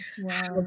Wow